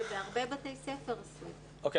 הרבה בתי ספר --- אוקיי,